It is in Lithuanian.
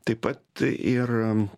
taip pat ir